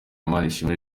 manishimwe